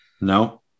No